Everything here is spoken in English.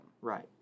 Right